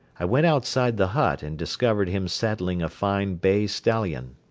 i went outside the hut and discovered him saddling a fine bay stallion.